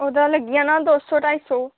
ओह्दा लग्गी जाना दो सौ ढाई सौ